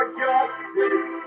justice